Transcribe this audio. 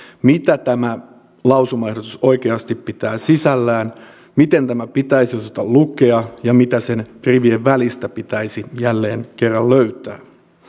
mitä tämä lausumaehdotus oikeasti pitää sisällään miten tämä pitäisi osata lukea ja mitä sen rivien välistä pitäisi jälleen kerran löytää